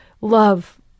love